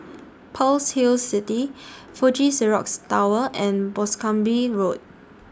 Pearl's Hill City Fuji Xerox Tower and Boscombe Road